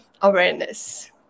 awareness